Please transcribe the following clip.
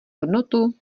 hodnotu